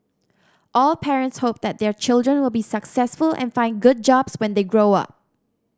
all parents hope that their children will be successful and find good jobs when they grow up